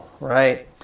right